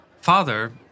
Father